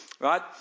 right